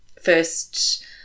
first